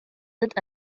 that